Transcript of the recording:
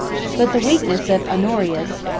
but the weakness of honorius,